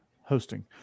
hosting